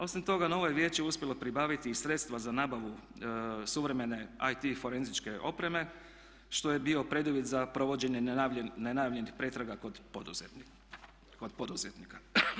Osim toga novo je vijeće uspjelo pribaviti i sredstva za nabavu suvremene IT forenzičke opreme što je bio preduvjet za provođenje nenajavljenih pretraga kod poduzetnika.